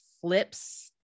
flips